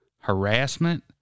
harassment